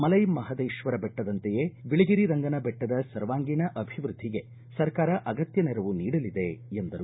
ಮಲೈ ಮಹಾದೇಶ್ವರ ಬೆಟ್ಟದಂತೆಯೇ ಬಿಳಗಿರಿಂಗನ ಬೆಟ್ಟದ ಸರ್ವಾಂಗೀಣ ಅಭಿವೃದ್ದಿಗೆ ಸರ್ಕಾರ ಅಗತ್ಯ ನೆರವು ನೀಡಲಿದೆ ಎಂದರು